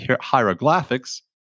hieroglyphics